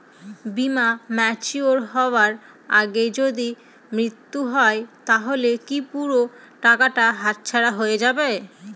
বীমা ম্যাচিওর হয়ার আগেই যদি মৃত্যু হয় তাহলে কি পুরো টাকাটা হাতছাড়া হয়ে যাবে?